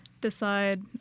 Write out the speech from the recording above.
decide